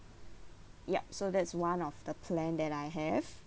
yup so that's one of the plan that I have